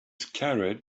scared